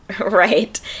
Right